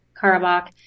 Karabakh